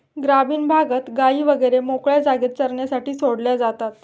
ग्रामीण भागात गायी वगैरे मोकळ्या जागेत चरण्यासाठी सोडल्या जातात